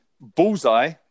Bullseye